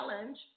challenge